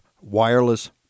wireless